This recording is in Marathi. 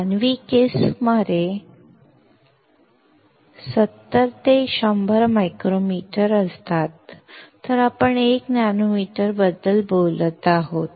मानवी केस सुमारे 70 ते 100 मायक्रोमीटर असतात तर आपण 1 नॅनोमीटरबद्दल बोलत आहोत